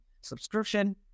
subscription